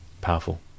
powerful